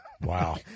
Wow